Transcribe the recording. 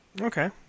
Okay